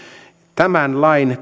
tämän lain